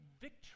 victory